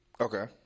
Okay